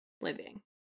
living